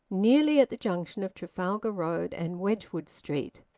nearly at the junction of trafalgar road and wedgwood street.